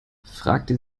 fragte